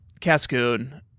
Cascoon